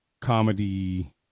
comedy